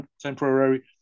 temporary